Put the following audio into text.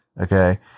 okay